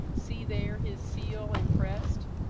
see there his seal impress'd!